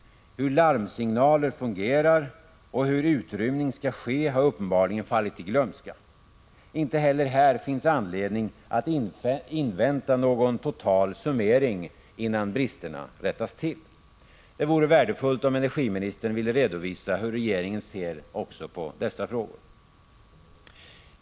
Hur larmsignaler fungerar och hur utrymning skall ske har uppenbarligen fallit i glömska. Inte heller här finns anledning att invänta någon total summering innan bristerna rättas till. Det vore värdefullt om energiministern ville redovisa hur regeringen ser också på dessa frågor.